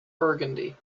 burgundy